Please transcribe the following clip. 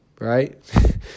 right